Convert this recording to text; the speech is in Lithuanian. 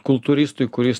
kultūristui kuris